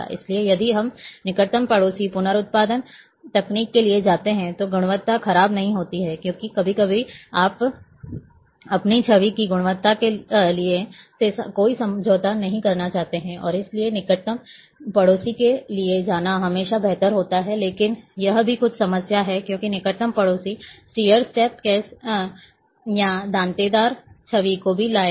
इसलिए यदि हम निकटतम पड़ोसी पुनरुत्पादन तकनीक के लिए जाते हैं तो गुणवत्ता खराब नहीं होती है क्योंकि कभी कभी आप अपनी छवि की गुणवत्ता से कोई समझौता नहीं करना चाहते हैं और इसलिए निकटतम पड़ोसी के लिए जाना हमेशा बेहतर होता है लेकिन यह भी कुछ समस्या है क्योंकि निकटतम पड़ोसी स्टीयर स्टेप केस या दांतेदार छवि को भी लाएगा